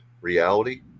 reality